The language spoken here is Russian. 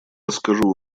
расскажу